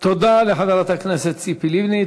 תודה לחברת הכנסת ציפי לבני.